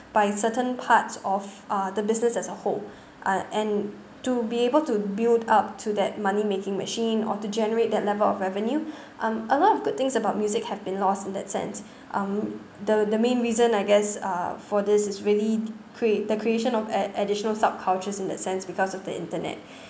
by certain parts of uh the business as a whole uh and to be able to build up to that money making machine or to generate that level of revenue um a lot of good things about music have been lost in that sense um the the main reason I guess uh for this is really crea~ the creation of a~ additional subcultures in that sense because of the internet